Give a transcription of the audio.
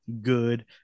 good